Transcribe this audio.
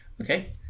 Okay